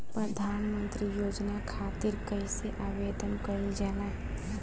प्रधानमंत्री योजना खातिर कइसे आवेदन कइल जाला?